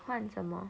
换什么